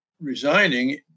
resigning